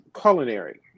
culinary